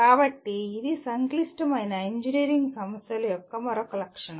కాబట్టి ఇది సంక్లిష్టమైన ఇంజనీరింగ్ సమస్యల యొక్క మరొక లక్షణం